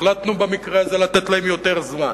החלטנו במקרה הזה לתת להן יותר זמן,